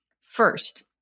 First